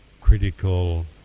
critical